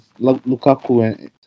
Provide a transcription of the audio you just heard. Lukaku